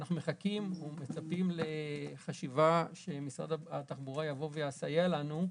שאנחנו מחכים ומצפים לחשיבה שמשרד הבריאות יבוא ויסייע לנו,